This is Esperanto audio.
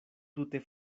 tute